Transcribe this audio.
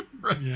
Right